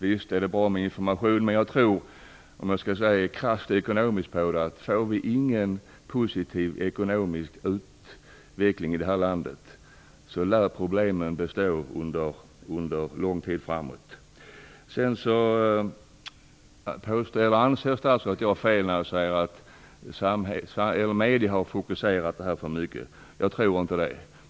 Visst är det bra med information, men jag tror, om jag skall se krasst ekonomiskt på det, att om vi inte får en positiv ekonomisk utveckling i det här landet lär problemen bestå under lång tid. Statsrådet anser att jag har fel när jag säger att medierna har fokuserat för mycket på detta. Jag tror inte det.